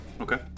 Okay